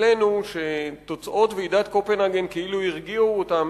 אצלנו שתוצאות ועידת קופנהגן הרגיעו אותם,